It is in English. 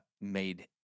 made